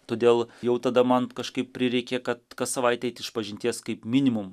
todėl jau tada man kažkaip prireikė kad kas savaitę eit išpažinties kaip minimum